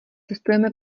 cestujeme